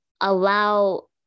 allow